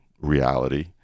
reality